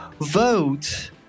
vote